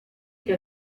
que